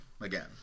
again